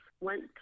went